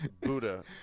Buddha